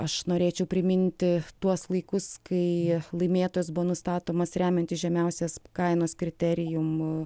aš norėčiau priminti tuos laikus kai jie laimėtas buvo nustatomas remiantis žemiausios kainos kriterijum